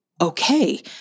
okay